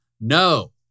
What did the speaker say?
No